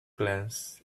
glance